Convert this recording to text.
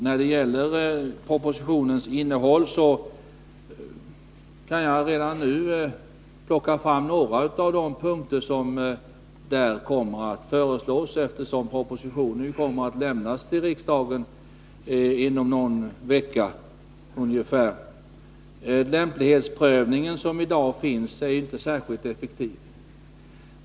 När det gäller propositionens innehåll kan jag redan nu plocka fram några av de ändringar som kommer att föreslås, eftersom propositionen kommer att lämnas till riksdagen inom någon vecka. Den lämplighetsprövning som i dag förekommer är inte särskilt effektiv.